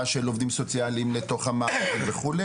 של עובדים סוציאלים לתוך המערכת וכו'.